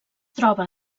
troba